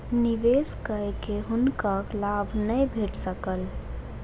निवेश कय के हुनका लाभ नै भेट सकल